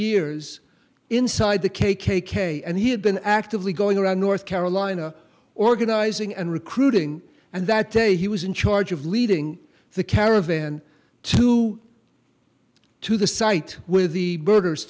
years inside the k k k and he had been actively going around north carolina organizing and recruiting and that day he was in charge of leading the caravan to to the site with the burgers